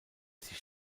sie